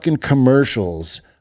commercials